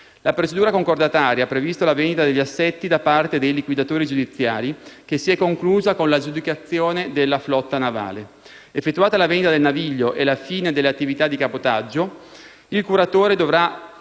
La procedura concordataria ha previsto la vendita degli *asset* da parte dei liquidatori giudiziali, che si è conclusa con l'aggiudicazione della flotta navale. Effettuata la vendita del naviglio e la fine delle attività di cabotaggio, il curatore dovrà